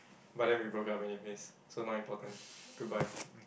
but then we broke up anyways so not important goodbye